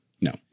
No